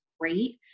Great